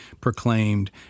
proclaimed